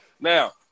Now